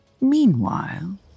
Meanwhile